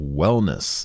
wellness